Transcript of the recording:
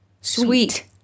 Sweet